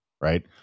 right